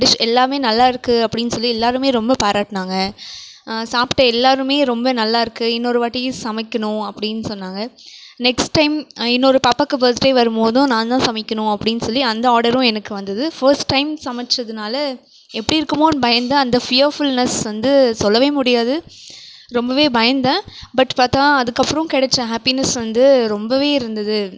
dish எல்லாமே நல்லா இருக்கு அப்படினு சொல்லி எல்லாருமே ரொம்ப பாராட்டுனாங்க சாப்பிட்ட எல்லாருமே ரொம்ப நல்லா இருக்கு இன்னோரு வாட்டியும் சமைக்கனும் அப்படினு சொன்னாங்க நெக்ஸ்ட் டைம் இன்னோரு பாப்பாக்கு பர்த்டே வரும் போது நாந்தான் சமைக்கணும் அப்படினு சொல்லி அந்த ஆர்டரும் எனக்கு வந்தது ஃபர்ஸ்ட் டைம் சமைச்சதுனால் எப்படி இருக்குமோன்னு பயந்த அந்த பியர்ஃபுல்னஸ் வந்து சொல்லவே முடியாது ரொம்பவே பயந்தேன் பட் பார்த்தா அதுக்கு அப்புறம் கிடச்ச ஹாப்பினஸ் வந்து ரொம்பவே இருந்தது